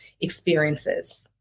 experiences